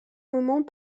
moments